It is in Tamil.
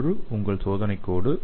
ஒன்று உங்கள் சோதனைக் கோடு